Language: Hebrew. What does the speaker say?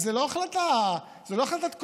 זו לא החלטת קורונה.